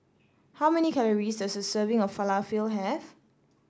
how many calories does a serving of Falafel have